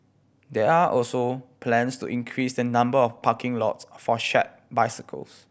there are also plans to increase the number of parking lots for shared bicycles